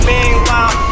Meanwhile